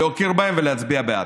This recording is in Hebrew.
להוקיר אותם ולהצביע בעד.